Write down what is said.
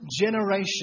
generation